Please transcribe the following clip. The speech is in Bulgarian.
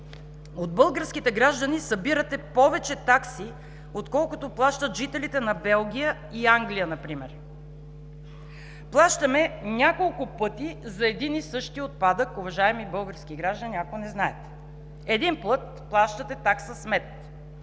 От българските граждани събирате повече такси, отколкото плащат жителите на Белгия и Англия например. Плащаме няколко пъти за един и същи отпадък, уважаеми български граждани, ако не знаете. Един път плащате такса смет,